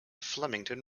flemington